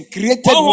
Created